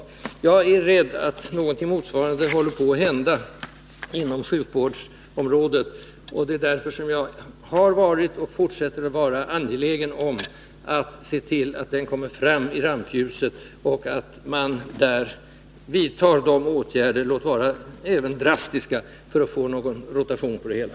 Jag är rädd att något motsvarande håller på att hända inom sjukvårdsområdet. Det är därför som jag har varit och fortsätter att vara angelägen om att se till att dessa frågor kommer fram i rampljuset och att man vidtar åtgärder — om så erfordras även drastiska sådana — för att få fart på det hela.